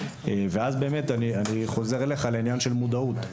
ואז אני חוזר אליך, בעניין של מודעות.